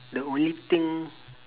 the only thing